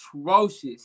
atrocious